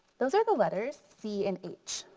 those are the letters c and h.